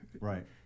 right